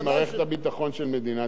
זה איזה matter of practice, זאת אומרת.